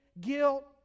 Guilt